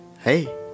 Hey